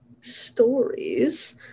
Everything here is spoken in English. stories